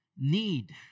need